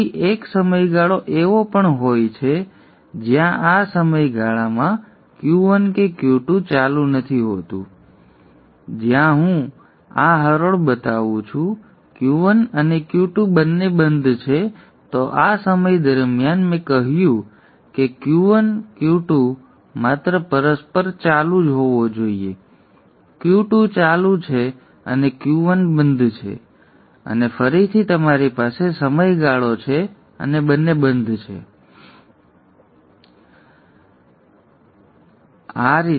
પછી એક સમયગાળો એવો પણ હોય છે જ્યાં આ સમયગાળામાં Q1 કે Q2 ચાલુ નથી હોતું જ્યાં હું આ હરોળ બતાવું છું Q1 અને Q2 બંને બંધ છે તો આ સમય દરમિયાન મેં કહ્યું કે Q1 Q2 માત્ર પરસ્પર ચાલુ જ હોવો જોઈએ Q2 ચાલુ છે અને Q1 બંધ છે અને ફરીથી તમારી પાસે સમયગાળો છે અને બંને બંધ છે અને પછી Q1 ફરીથી ચાલુ છે બન્ને બંધ છે Q2 ચાલુ છે